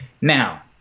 Now